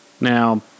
Now